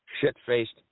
shit-faced